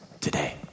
today